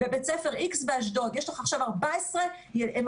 בבית ספר X באשדוד יש עכשיו 14 מאומתים,